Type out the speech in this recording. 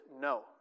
no